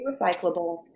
recyclable